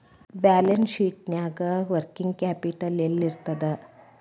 Balance ಶೇಟ್ನ್ಯಾಗ working capital ಯೆಲ್ಲಿರ್ತದ?